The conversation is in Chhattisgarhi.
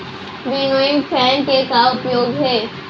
विनोइंग फैन के का उपयोग हे?